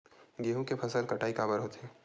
गेहूं के फसल कटाई काबर होथे?